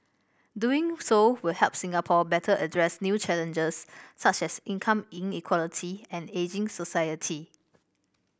doing so will help Singapore better address new challenges such as income inequality and ageing society